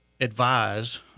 advise